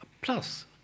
plus